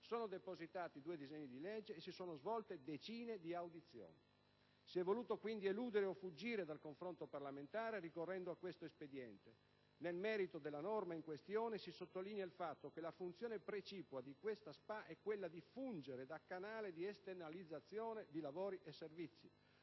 stati depositati due disegni di legge e si sono svolte decine di audizioni. Si è voluto quindi eludere o fuggire dal confronto parlamentare, ricorrendo a questo espediente. Nel merito della norma in questione, si sottolinea il fatto che la funzione precipua di questa società per azioni è quella di fungere da canale di esternalizzazione di lavori e servizi.